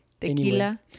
Tequila